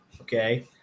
Okay